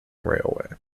railway